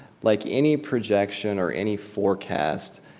like any projection or any forecast,